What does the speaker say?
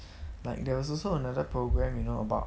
but there was also another program you know about